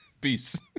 Peace